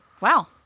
Wow